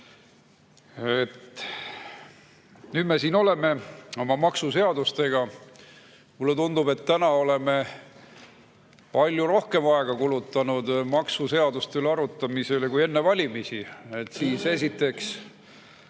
Nüüd me siin oleme oma maksuseadustega. Mulle tundub, et täna oleme palju rohkem aega kulutanud maksuseaduste üle arutamisele kui enne valimisi. Siis juhtiv